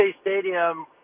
Stadium